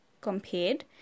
compared